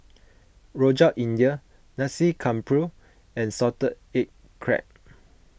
Rojak India Nasi Campur and Salted Egg Crab